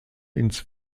ins